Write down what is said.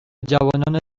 جوانان